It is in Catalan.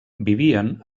vivien